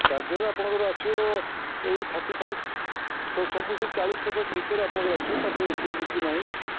ତା'ଦେହରେ ଆପଣଙ୍କର ଆସିବ ଏଇ ଥାର୍ଟି ଫାଇବ୍ ସବୁ ସେଇ ଚାଳିଶ ପଚାଶ ଭିତରେ ଆପଣଙ୍କର ଆସିବ ତା'ଠୁ ବିଶେଷ କିଛି ନାହିଁ